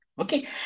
Okay